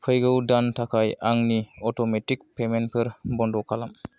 फैगौ दान थाखाय आंनि अट'मेटिक पेमेन्टफोर बन्द खालाम